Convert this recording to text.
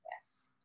Yes